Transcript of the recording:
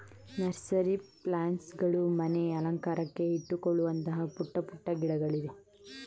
nursery plants ಗಳು ಮನೆ ಅಲಂಕಾರಕ್ಕೆ ಇಟ್ಟುಕೊಳ್ಳುವಂತಹ ಪುಟ್ಟ ಪುಟ್ಟ ಗಿಡಗಳಿವೆ